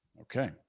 Okay